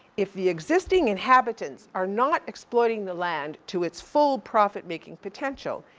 if the existing inhabitants are not exploiting the land to its full profit making potential,